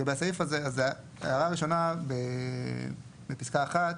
לגבי הסעיף הזה: הערה ראשונה בפסקה (1)